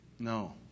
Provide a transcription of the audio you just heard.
No